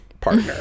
partner